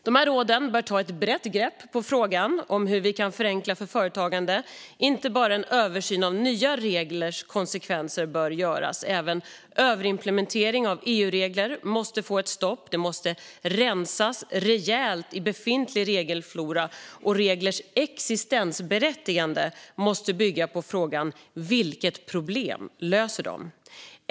Dessa råd bör ta ett brett grepp om frågan om hur man kan förenkla för företagande - inte bara göra en översyn av nya reglers konsekvenser. Även överimplementeringen av EU-regler måste få ett stopp, det måste rensas rejält i befintlig regelflora och reglers existensberättigande måste bygga på att man ställt sig frågan vilket problem de löser.